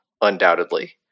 undoubtedly